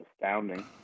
astounding